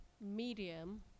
medium